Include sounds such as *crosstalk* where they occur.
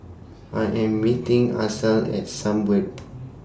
I Am meeting Axel At Sunbird *noise*